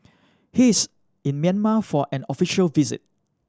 he is in Myanmar for an official visit